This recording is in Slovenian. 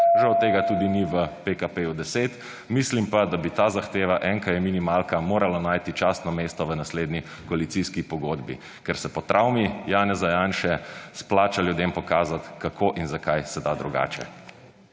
žal tega tudi ni v PKP 10, mislim pa, da bi ta zahteva, enka je minimalka, morala najti častno mesto v naslednji koalicijski pogodbi, ker se po travmi Janeza Janše splača ljudem pokazati kako in zakaj se da drugače.